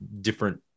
different